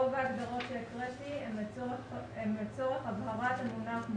רוב ההגדרות שהקראתי הן לצורך הבהרת המונח...